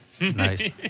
Nice